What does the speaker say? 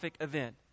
event